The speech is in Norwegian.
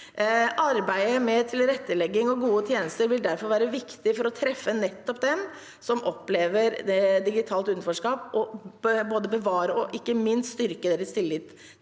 Arbeidet med tilrettelegging og gode tjenester vil derfor være viktig for å treffe nettopp dem som opplever digitalt utenforskap, både for å bevare og ikke minst for å styrke deres tillit til